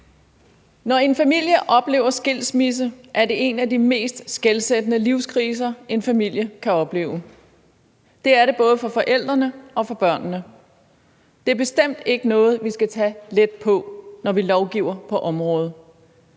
Når en familie oplever skilsmisse, er det en af de mest skelsættende livskriser, en familie kan opleve. Det er det både for forældrene og for børnene. Det er bestemt ikke noget, vi skal tage let på, når vi lovgiver på området.